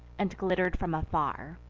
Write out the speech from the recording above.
and glitter'd from afar,